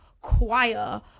choir